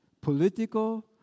political